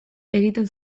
egiten